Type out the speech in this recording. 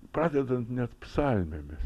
pradedant net psalmėmis